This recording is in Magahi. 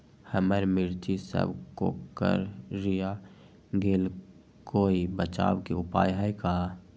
हमर मिर्ची सब कोकररिया गेल कोई बचाव के उपाय है का?